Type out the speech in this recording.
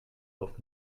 auf